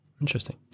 Interesting